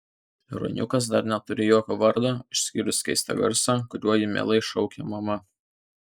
ruoniukas dar neturi jokio vardo išskyrus keistą garsą kuriuo jį meiliai šaukia mama